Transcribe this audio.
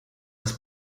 des